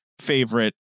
favorite